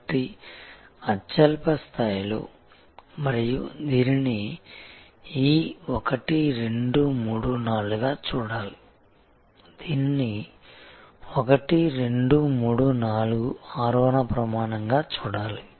కాబట్టి అత్యల్ప స్థాయిలో మరియు దీనిని ఈ 1 2 3 4 గా చూడాలి దీనిని 1 2 3 4 ఆరోహణ ప్రయాణంగా చూడాలి